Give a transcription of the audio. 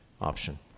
option